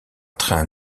train